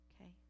okay